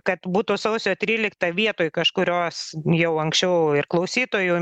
kad būtų sausio tryliktavietoj kažkurios jau anksčiau ir klausytojų